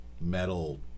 metal